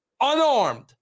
unarmed